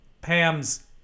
Pam's